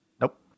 Nope